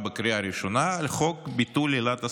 בקריאה ראשונה על חוק ביטול עילת הסבירות,